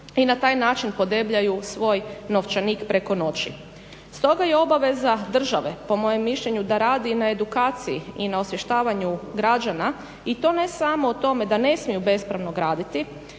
i na taj način podebljaju svoj novčanik preko noći. Stoga je obaveza države po mojem mišljenju da radi i na edukaciji i na osvještavanju građana i to ne samo o tome da ne smiju bespravno graditi